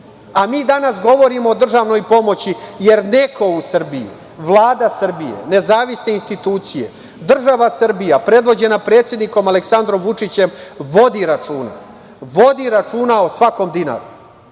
a mi danas govorimo o državnoj pomoći, jer neko u Srbiji, Vlada Srbije, nezavisne institucije, država Srbija, predvođena predsednikom Aleksandrom Vučićem, vodi računa o svakom dinaru,